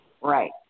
right